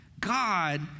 God